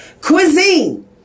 Cuisine